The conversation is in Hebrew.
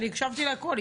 הקשבתי להכול,